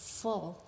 full